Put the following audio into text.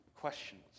questions